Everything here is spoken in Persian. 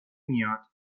میاد